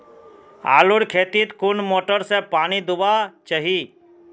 आलूर खेतीत कुन मोटर से पानी दुबा चही?